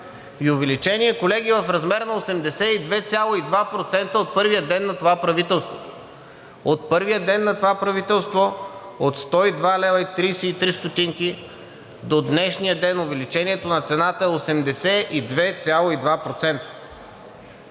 И увеличение, колеги, в размер на 82,2% от първия ден на това правителство. От първия ден на това правителство от 102 лв. и 33 ст. до днешния ден увеличението на цената е 82,2%.